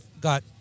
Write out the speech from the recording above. got